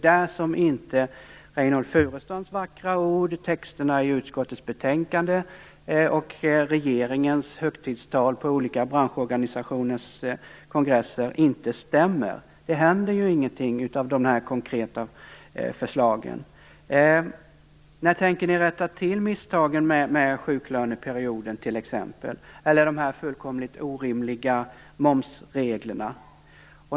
Där stämmer inte Reynoldh Furustrands vackra ord, texterna i utskottets betänkande eller regeringens högtidstal på olika branschorganisationers kongresser. Det händer ju ingenting i form av konkreta förslag. När tänker ni rätta till t.ex. misstagen med sjuklöneperioden eller de fullkomligt orimliga momsreglerna?